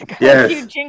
Yes